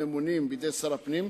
הממונים בידי שר הפנים,